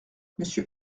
monsieur